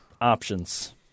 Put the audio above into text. options